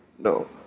No